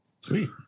sweet